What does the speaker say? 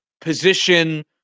position